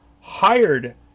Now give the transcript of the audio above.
hired